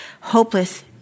hopeless